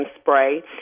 spray